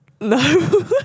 No